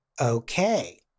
Okay